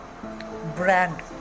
brand